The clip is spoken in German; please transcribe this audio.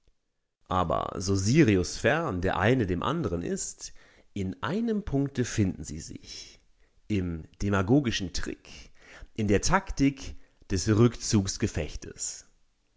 aber so siriusfern der eine dem andern ist in einem punkte finden sie sich im demagogischen trick in der taktik des